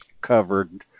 covered